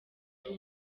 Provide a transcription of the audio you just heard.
ari